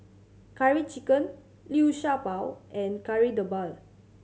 Curry Chicken Liu Sha Bao and Kari Debal